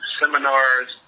seminars